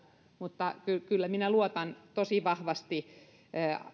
mutta kyllä minä luotan tosi vahvasti